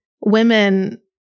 women